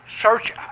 search